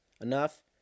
enough